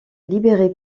libéré